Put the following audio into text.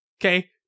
Okay